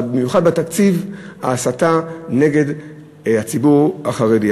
אבל במיוחד בתקציב ההסתה נגד הציבור החרדי,